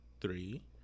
three